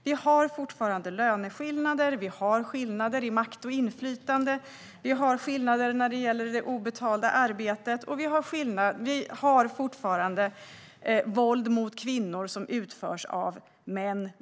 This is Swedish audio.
Vi har fortfarande löneskillnader. Vi har skillnader i makt och inflytande. Vi har skillnader när det gäller det obetalda arbetet, och det finns fortfarande våld mot kvinnor som utförs av män.